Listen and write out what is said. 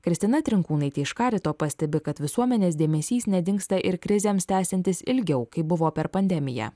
kristina trinkūnaitė iš karito pastebi kad visuomenės dėmesys nedingsta ir krizėms tęsiantis ilgiau kaip buvo per pandemiją